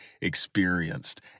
experienced